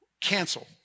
cancel